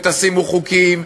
ותשימו חוקים,